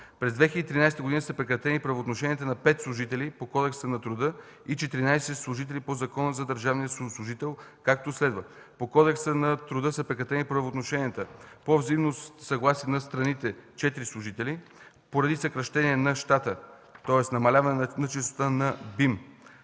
През 2013 г. са прекратени правоотношенията на 5 служители по Кодекса на труда и на 14 служители по Закона за държавния служител, както следва: По Кодекса на труда са прекратени правоотношенията: - по взаимно съгласие на страните – 4 служители; - поради съкращение на щата, тоест намаляване на числеността на БИМ